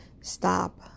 stop